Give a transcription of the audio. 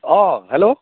অঁ হেল্ল'